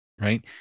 right